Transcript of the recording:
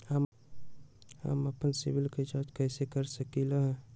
हम अपन सिबिल के जाँच कइसे कर सकली ह?